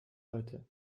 heute